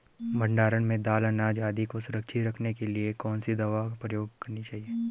भण्डारण में दाल अनाज आदि को सुरक्षित रखने के लिए कौन सी दवा प्रयोग करनी चाहिए?